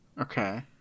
okay